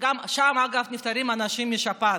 שגם שם, אגב, נפטרים אנשים, משפעת.